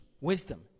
wisdom